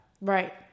Right